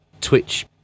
Twitch